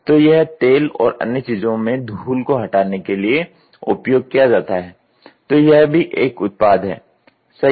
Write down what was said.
तो यह तेल और अन्य चीजों में धूल को हटाने के लिए उपयोग किया जाता है तो यह भी एक उत्पाद है सही है